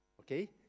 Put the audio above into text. okay